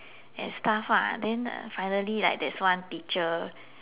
and stuff lah then uh finally like there is one teacher